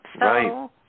Right